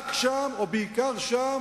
רק שם או בעיקר שם,